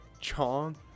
Chong